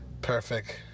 Perfect